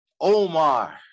Omar